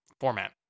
format